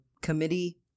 committee